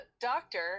doctor